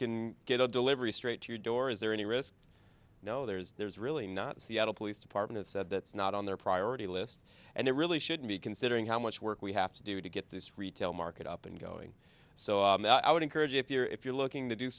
can get a delivery straight to your door is there any risk i know there's there's really not the seattle police department said that's not on their priority list and it really shouldn't be considering how much work we have to do to get this retail market up and going so i would encourage if you're if you're looking to do